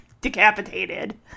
decapitated